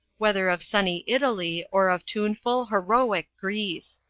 whether of sunny italy or of tuneful, heroic greece.